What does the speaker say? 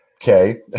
Okay